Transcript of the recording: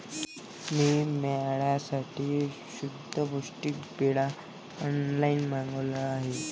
मी मेंढ्यांसाठी शुद्ध पौष्टिक पेंढा ऑनलाईन मागवला आहे